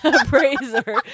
Appraiser